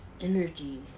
energy